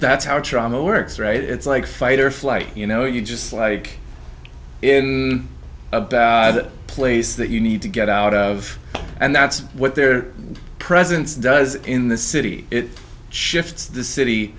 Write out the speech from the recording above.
that's how trauma works right it's like fight or flight you know you just like in a bad place that you need to get out of and that's what their presence does in the city it shifts the city